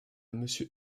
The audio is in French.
monsieur